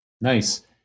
Nice